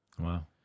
Wow